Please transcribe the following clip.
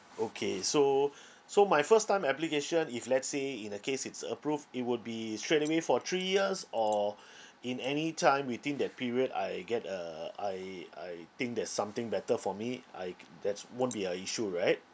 okay so so my first time application if let's say in a case it's approved it would be straightaway for three years or in any time we think that period I get a I I think there's something better for me I that's won't be a issue right